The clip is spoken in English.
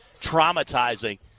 traumatizing